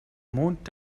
mond